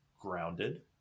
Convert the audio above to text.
grounded